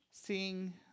seeing